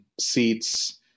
seats